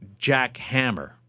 jackhammer